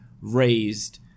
raised